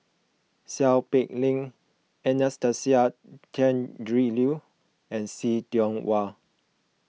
Seow Peck Leng Anastasia Tjendri Liew and See Tiong Wah